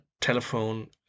telephone